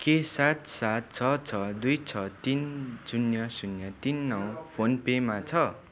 के सात सात छ छ दुई छ तिन शून्य शून्य तिन नौ फोन पेमा छ